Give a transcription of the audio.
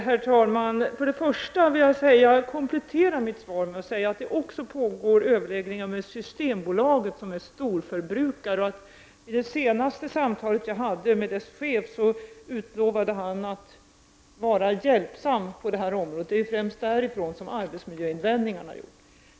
Herr talman! För det första vill jag komplettera mitt svar med att säga att det också pågår överläggningar med Systembolaget, som är storförbrukare av plastringar. Vid det senaste samtalet jag hade med dess chef lovade han att vara hjälpsam på detta område. Det är främst därifrån som arbetsmiljöinvändningarna har gjorts.